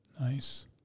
Nice